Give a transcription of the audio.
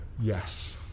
yes